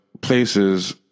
places